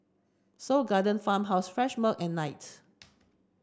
Seoul Garden Farmhouse Fresh Milk and Knight